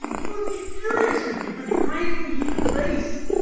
he would be furious with you for degrading the human race.